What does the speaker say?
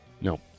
no